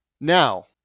Now